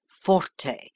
forte